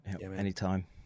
anytime